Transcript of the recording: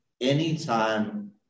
Anytime